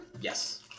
Yes